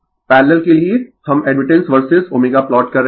parallel के लिए हम एडमिटेंस वर्सेज ω प्लॉट कर रहे है